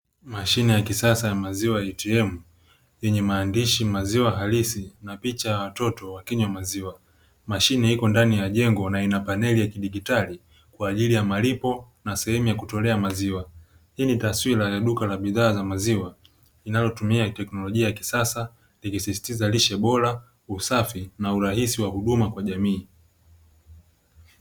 Mashine ya kisasa ya maziwa atm yenye maandishi "maziwa halisi" na picha ya watoto wakinywa maziwa mashine iko ndani ya jengo na inapaneli ya kidijitali kwa ajili ya malipo na sehemu ya kutolea maziwa, hii ni taswira ya duka la bidhaa za maziwa linalotumia teknolojia ya kisasa ikisisitiza lishe bora usafi na urahisi wa huduma kwa jamii.